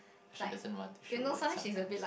she doesn't want to show it sometimes